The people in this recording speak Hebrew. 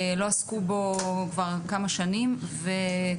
לא עסקו בו כבר כמה שנים וכפי